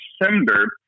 December